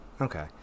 Okay